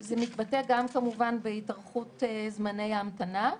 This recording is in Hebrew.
זה מתבטא כמובן גם בהתארכות זמני ההמתנה.